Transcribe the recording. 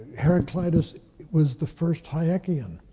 heraclides was the first hayekian.